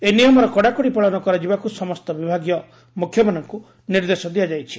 ଏହି ନିୟମର କଡ଼ାକଡ଼ି ପାଳନ କରାଯିବାକୁ ସମସ୍ତ ବିଭାଗୀୟ ମୁଖ୍ୟମାନଙ୍କୁ ନିର୍ଦ୍ଦେଶ ଦିଆଯାଇଛି